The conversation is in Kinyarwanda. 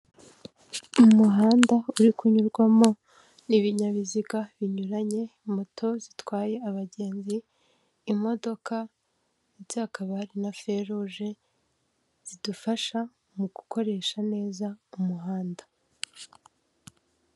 Umuhanda uri kunyurwamo n'ibinyabiziga binyuranye, moto zitwaye abagenzi, imodoka ndetse hakaba hari na feruje, zidufasha mu gukoresha neza umuhanda.